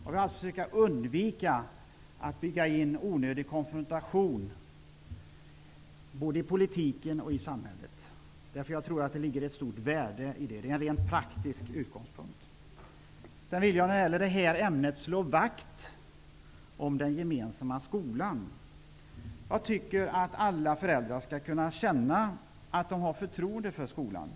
Man bör försöka undvika att bygga in onödig konfrontation i politiken och samhället. Det är en rent praktisk utgångspunkt. Jag vill slå vakt om den gemensamma skolan. Jag tycker att alla föräldrar skall kunna känna att de har förtroende för skolan.